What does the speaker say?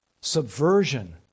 subversion